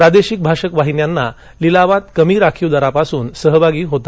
प्रादेशिक भाषक वाहिन्या लिलावात कमी राखीव दरा पासून सहभागी होऊ शकतात